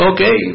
Okay